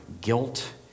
guilt